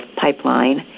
pipeline